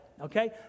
Okay